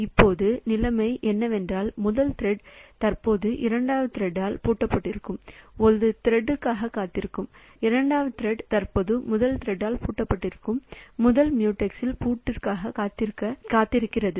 இப்போது நிலைமை என்னவென்றால் முதல் திரெட் தற்போது இரண்டாவது திரெட்ல் பூட்டப்பட்டிருக்கும் ஒரு திரெட்க்காகக் காத்திருக்கிறது இரண்டாவது திரெட் தற்போது முதல் திரெட்ல் பூட்டப்பட்டிருக்கும் முதல் மியூடெக்ஸில் பூட்டுக்காக காத்திருக்க காத்திருக்கிறது